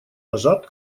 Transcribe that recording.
нажат